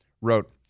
wrote